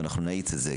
ואנחנו נאיץ את זה,